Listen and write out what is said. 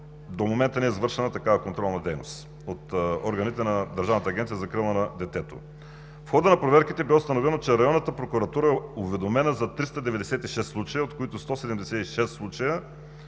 до момента не е извършена такава контролна дейност от органите на Държавната агенция за закрила на детето. В хода на проверките бе установено, че районната прокуратура е уведомена за 396 случая, от които в 176 случая